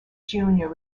junior